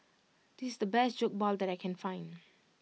this is the best Jokbal that I can find